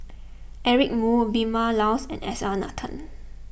Eric Moo Vilma Laus and S R Nathan